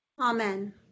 Amen